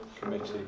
committee